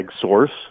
source